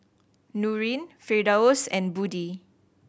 Nurin Firdaus and Budi